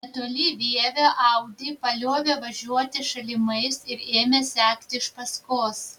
netoli vievio audi paliovė važiuoti šalimais ir ėmė sekti iš paskos